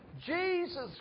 Jesus